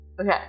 Okay